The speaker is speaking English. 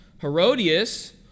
Herodias